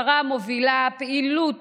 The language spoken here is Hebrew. השרה מובילה פעילות